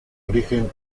origen